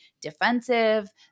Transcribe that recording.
defensive